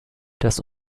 das